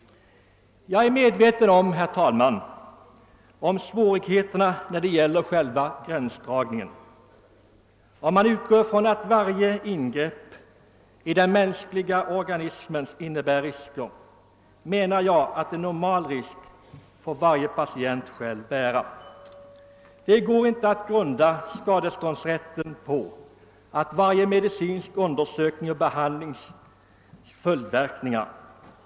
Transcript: Herr talman! Jag är medveten om svårigheterna när det gäller själva gränsdragningen. Utgående ifrån att varje ingrepp i den mänskliga organismen innebär risker menar jag, att varje patient själv bör få bära en normal risk. Det går inte att grunda rätt till skadestånd på varje medicinsk undersöknings och behandlings följdverkningar.